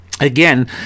Again